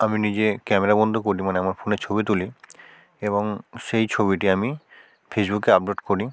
আমি নিজে ক্যামেরা বন্দী করি মানে আমার ফোনে ছবি তুলি এবং সেই ছবিটি আমি ফেসবুকে আপলোড করি